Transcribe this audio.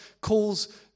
calls